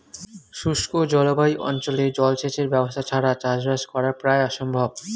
শুষ্ক জলবায়ু অঞ্চলে জলসেচের ব্যবস্থা ছাড়া চাষবাস করা প্রায় অসম্ভব